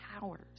powers